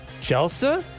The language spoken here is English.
Chelsea